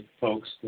folks